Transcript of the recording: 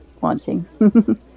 wanting